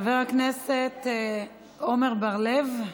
חבר הכנסת עמר בר-לב,